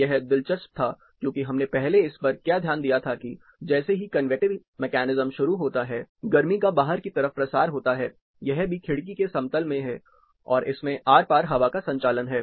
यह दिलचस्प था क्योंकि हमने पहले इसपर क्या ध्यान दिया था कि जैसे ही कन्वेकटिव मेकैनिज्म शुरू होता है गर्मी का बाहर की तरफ प्रसार होता है यह भी खिड़की के समतल में है और इसमें आर पार हवा का संचालन है